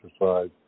exercise